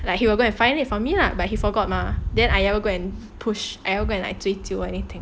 like he will go and find it for me lah but he forgot mah then I never go and push I never go and like 追究 or anything